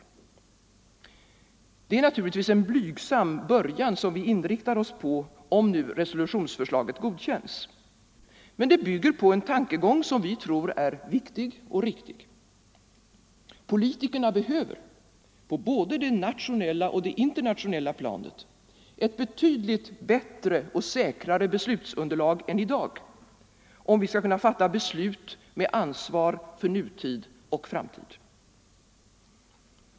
Det är naturligtvis en blygsam början som vi inriktar oss på, om nu resolutionsförslaget godkänns, men det bygger på en tankegång som vi tror är viktig och riktig. Politikerna behöver, på både det nationella och det internationella planet, ett betydligt bättre och säkrare besluts underlag än i dag, om vi skall kunna fatta beslut med ansvar för nutid och framtid.